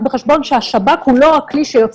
חוק כזאת שעוסקת בהסמכת השב"כ לפתוח באיזה